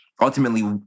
ultimately